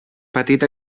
petit